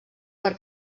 per